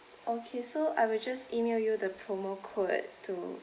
okay so I will just email you the promo code to